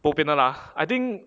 bo pian 的 lah I think